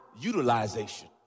utilization